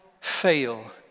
fail